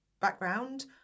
background